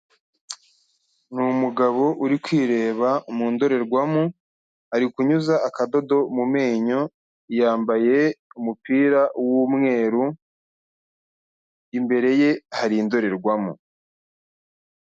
Ni umugabo uri kwireba mu ndorerwamo, ari kunyuza akadodo mu menyo, yambaye umupira w'umweru imbere ye hari indorerwamo.